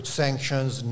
sanctions